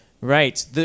right